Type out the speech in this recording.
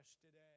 today